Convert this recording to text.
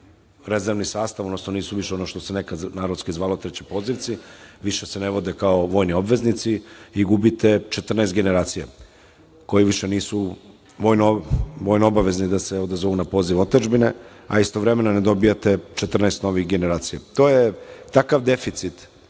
rezervni sastav i nisu više ono što se narodski zvalo treće pozivci, više se ne vode kao vojni obveznici i gubite 14 generacija koje više nisu vojno obavezni da se odazovu na poziv otadžbine, a istovremeno ne dobijate novih 14 generacija. To je takav deficit